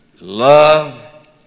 Love